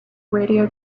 radio